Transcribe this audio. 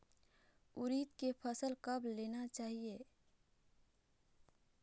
उरीद के फसल कब लेना चाही?